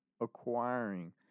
acquiring